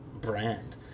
brand